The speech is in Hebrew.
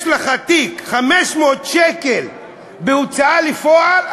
יש לך תיק 500 שקל בהוצאה לפועל,